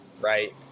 right